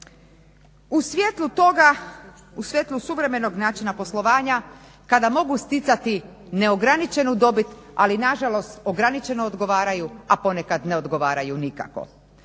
U svjetlu toga, u svjetlu suvremenog načina poslovanja kada mogu sticati neograničenu dobit, ali nažalost ograničeno odgovaraju, a ponekad ne odgovaraju nikako.